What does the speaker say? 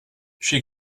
she